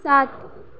सात